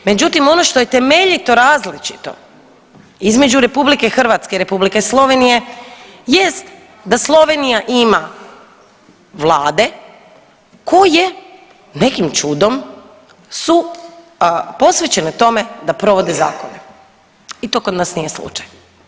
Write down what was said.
Međutim, ono što je temeljito različito između RH i R. Slovenije jest da Slovenija ima vlade koje nekim čudom su posvećene tome da provode zakone i to kod nas nije slučaj.